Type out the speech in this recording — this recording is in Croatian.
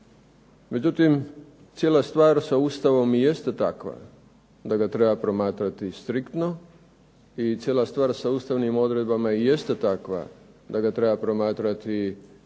Međutim, cijela stvar sa Ustavom i jeste takva da ga treba promatrati striktno i cijela stvar sa ustavnim odredbama jeste takva da ga treba promatrati ne